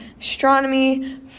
astronomy